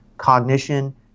Cognition